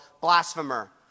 blasphemer